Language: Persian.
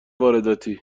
وارداتی